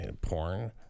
porn